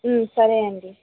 సరే అండి